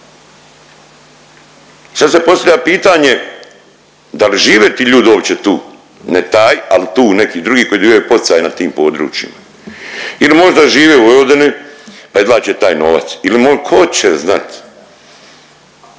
Sad se postavlja pitanje da li žive ti ljudi uopće tu. Ne taj, ali tu neki drugi koji dobivaju poticaje na tim područjima ili možda žive u Vojvodini pa izvlače taj novac. Ili možda, tko će znat.